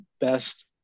best